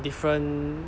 different